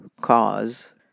cause